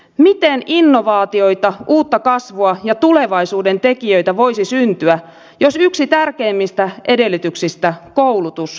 miten innovaatioita uutta kasvua ja tulevaisuuden tekijöitä voisi syntyä jos yksi tärkeimmistä edellytyksistä koulutus vaarannetaan